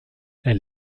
elle